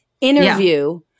interview—